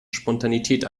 spontanität